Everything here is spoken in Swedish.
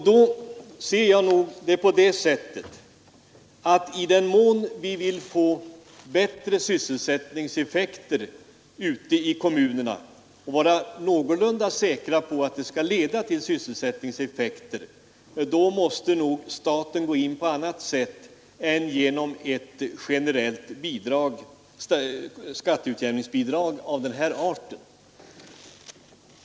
Då ser jag nog saken så att i den mån vi vill få bättre sysselsättningseffekter ute i kommunerna och vill vara någorlunda säkra på att satsningarna skall leda till detta, måste staten gå in på annat sätt än genom ett generellt skatteutjämningsbidrag av den här arten.